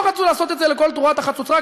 לא רצו לעשות את זה לקול תרועת החצוצרה,